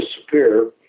disappear